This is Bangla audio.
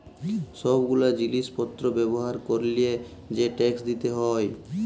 সব গুলা জিলিস পত্র ব্যবহার ক্যরলে যে ট্যাক্স দিতে হউ